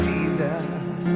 Jesus